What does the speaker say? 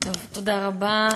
תודה רבה.